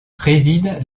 préside